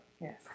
yes